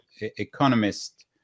economist